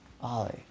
Ollie